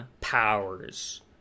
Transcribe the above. powers